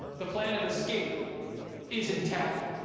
the plan of escape is intact,